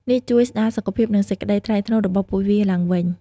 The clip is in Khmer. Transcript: នេះជួយស្តារសុខភាព និងសេចក្ដីថ្លៃថ្នូររបស់ពួកវាឡើងវិញ។